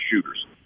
shooters